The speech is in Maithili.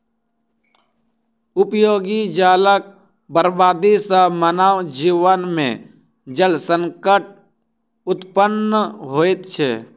उपयोगी जलक बर्बादी सॅ मानव जीवन मे जल संकट उत्पन्न होइत छै